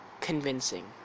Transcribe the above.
convincing